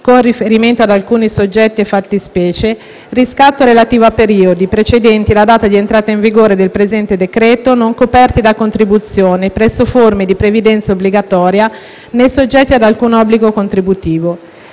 con riferimento ad alcuni soggetti e fattispecie (riscatto relativo a periodi precedenti la data di entrata in vigore del presente decreto, non coperti da contribuzione presso forme di previdenza obbligatoria, né soggetti ad alcun obbligo contributivo),